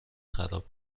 خراب